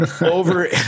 over